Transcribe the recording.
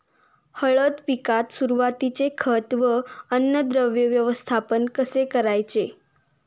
हळद पिकात सुरुवातीचे खत व अन्नद्रव्य व्यवस्थापन कसे करायचे?